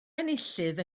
enillydd